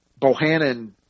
Bohannon –